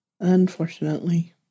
Unfortunately